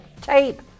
tape